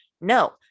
No